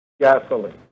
gasoline